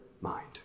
mind